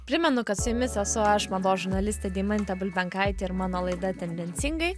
primenu kad su jumis esu aš mados žurnalistė deimantė bulbenkaitė ir mano laida tendencingai